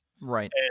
Right